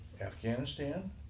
Afghanistan